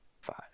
five